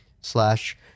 slash